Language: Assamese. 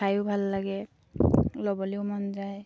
খায়ো ভাল লাগে ল'বলৈয়ো মন যায়